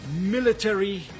military